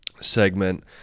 segment